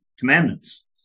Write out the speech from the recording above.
commandments